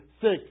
six